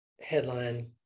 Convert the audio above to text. headline